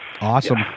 Awesome